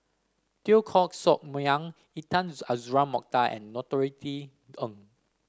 Teo Koh Sock Miang Intan Azura Mokhtar and Norothy Ng